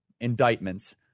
indictments